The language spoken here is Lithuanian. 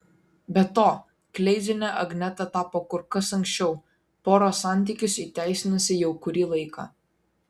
be to kleiziene agneta tapo kur kas anksčiau pora santykius įteisinusi jau kurį laiką